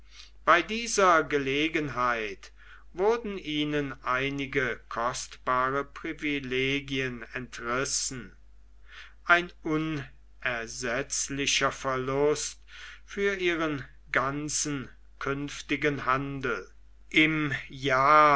bei dieser gelegenheit wurden ihnen einige kostbare privilegien entrissen ein unersetzlicher verlust für ihren ganzen künftigen handel im jahr